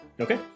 Okay